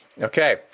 Okay